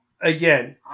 Again